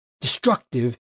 destructive